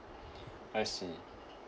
I see